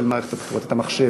למערכת הבחירות, את המחשב.